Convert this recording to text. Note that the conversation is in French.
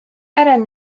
alan